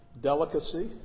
delicacy